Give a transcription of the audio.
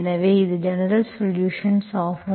எனவே இது ஜெனரல்சொலுஷன்ஸ் ஆகும்